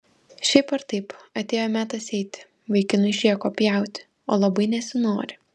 šiaip ar taip atėjo metas eiti vaikinui šėko pjauti o labai nesinori